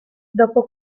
dopo